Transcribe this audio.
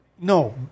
no